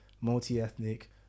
multi-ethnic